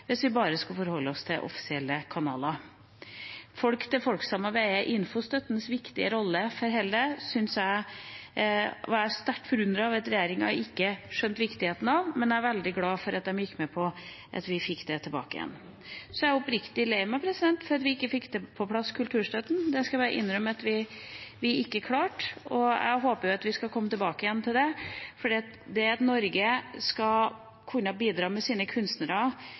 hvis vi bare skulle forholde oss til offisielle kanaler. Folk-til-folk-samarbeidet og infostøttens viktige rolle for det hele er jeg sterkt forundret over at regjeringa ikke har skjønt viktigheten av, men jeg er veldig glad for at de gikk med på at vi fikk det tilbake. Så er jeg oppriktig lei meg for at vi ikke fikk på plass kulturstøtten. Det skal jeg innrømme at vi ikke klarte. Jeg håper at vi skal komme tilbake til det, for at Norge skal kunne bidra med sine kunstnere